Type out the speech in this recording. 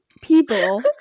people